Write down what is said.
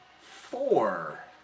four